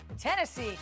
Tennessee